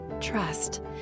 trust